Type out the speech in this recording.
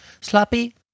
Sloppy